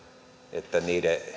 että niiden